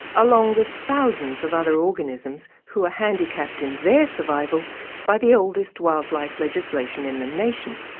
along with thousands of other organisms who are handicapped in their survival by the oldest wildlife legislation in the nation.